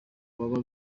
baba